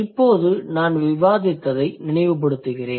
இப்போது நாம் விவாதித்ததை நினைவுபடுத்துகிறேன்